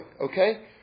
okay